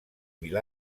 mil